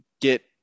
get